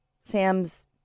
Sam's